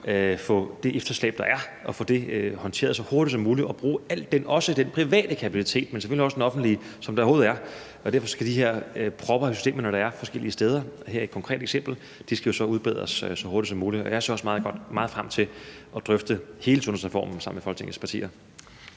få det efterslæb, der er, håndteret så hurtigt som muligt og også at bruge al den private, men selvfølgelig også den offentlige kapacitet, som der overhovedet er. Derfor skal de her propper i systemet, der er forskellige steder, og her er et konkret eksempel, udbedres så hurtigt som muligt, og jeg ser også meget frem til at drøfte hele sundhedsreformen sammen med Folketingets partier.